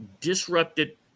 disrupted